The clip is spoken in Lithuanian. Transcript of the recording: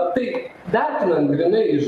taip vertinant grynai iš